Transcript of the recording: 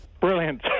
Brilliant